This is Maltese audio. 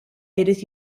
jrid